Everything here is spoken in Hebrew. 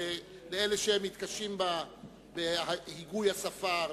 לאלה שמתקשים בהיגוי השפה הערבית.